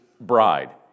bride